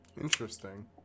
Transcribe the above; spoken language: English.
interesting